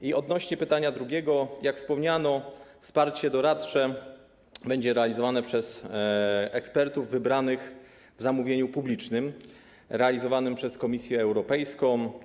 I odnośnie do pytania drugiego: jak wspomniano, wsparcie doradcze będzie realizowane przez ekspertów wybranych w związku z zamówieniem publicznym realizowanym przez Komisję Europejską.